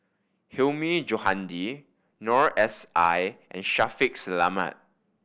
Hilmi Johandi Noor S I and Shaffiq Selamat